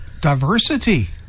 Diversity